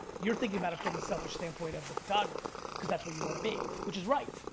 you're thinking about it from a selfish standpoint of the photographer, cause that's what you wanna be. which is right!